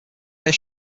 are